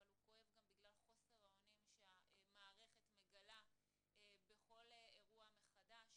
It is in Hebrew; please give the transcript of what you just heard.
אבל הוא כואב גם בגלל חוסר האונים שהמערכת מגלה בכל אירוע מחדש.